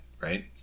right